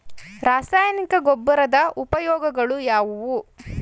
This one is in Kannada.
ರಾಸಾಯನಿಕ ಗೊಬ್ಬರದ ಉಪಯೋಗಗಳು ಯಾವುವು?